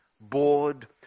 bored